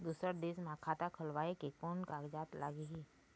दूसर देश मा खाता खोलवाए ले कोन कागजात लागेल?